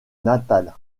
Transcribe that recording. natal